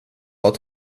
att